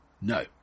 No